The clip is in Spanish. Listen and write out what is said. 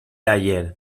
ayer